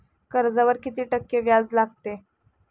कर्जावर किती टक्के व्याज लागते?